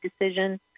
decision